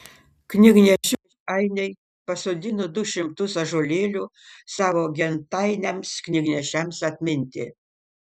knygnešių ainiai pasodino du šimtus ąžuolėlių savo gentainiams knygnešiams atminti